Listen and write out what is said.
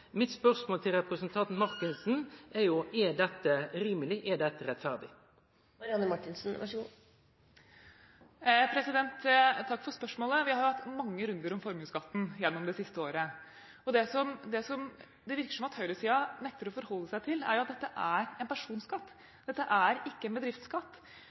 mitt til representanten Marthinsen er: Er dette rimeleg og rettferdig? Takk for spørsmålet. Vi har hatt mange runder om formuesskatten gjennom det siste året, og det det virker som om høyresiden nekter å forholde seg til, er at dette er en personskatt, dette er ikke en bedriftsskatt.